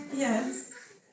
Yes